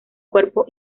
cuerpo